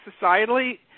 societally